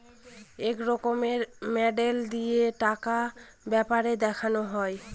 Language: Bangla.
এক রকমের মডেল দিয়ে টাকার ব্যাপার দেখানো হয়